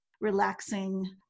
relaxing